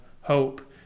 hope